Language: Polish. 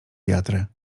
wiatry